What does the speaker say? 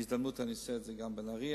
בהזדמנות אני אעשה את זה גם בנהרייה,